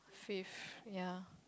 fifth ya